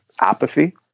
Apathy